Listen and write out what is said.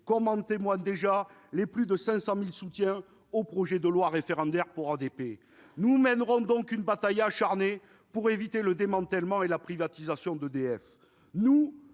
comme en témoignent les plus de 500 000 soutiens déjà exprimés au projet de loi référendaire pour Aéroports de Paris. Nous mènerons donc une bataille acharnée pour éviter le démantèlement et la privatisation d'EDF. Car,